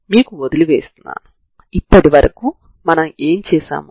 కాబట్టి ఇప్పుడు మీరు వాలు ను t0c t0 గా చూడవచ్చు